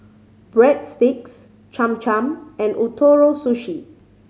Breadsticks Cham Cham and Ootoro Sushi